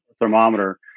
thermometer